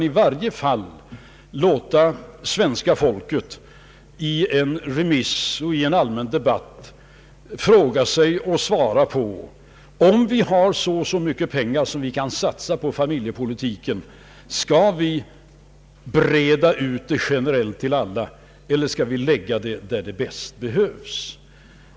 I varje fall skall man låta svenska folket i en allmän debatt fråga sig och svara på: Om vi har så och så mycket pengar som vi kan satsa på familjepolitiken, skall vi då breda ut dem generellt till alla, eller skall vi lägga dem där de bäst behövs?